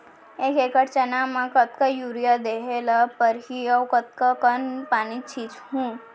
एक एकड़ चना म कतका यूरिया देहे ल परहि अऊ कतका कन पानी छींचहुं?